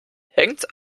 hängt